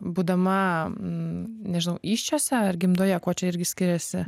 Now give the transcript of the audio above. būdama nežinau įsčiose ar gimdoje kuo čia irgi skiriasi